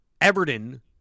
Everton